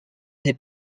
des